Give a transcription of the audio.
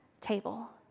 table